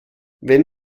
wenn